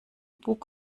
bug